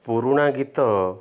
ପୁରୁଣା ଗୀତ